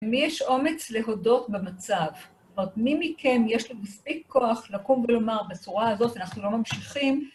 מי יש אומץ להודות במצב? זאת אומרת, מי מכם יש לו מספיק כוח לקום ולומר בצורה הזאת, אנחנו לא ממשיכים?